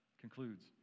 concludes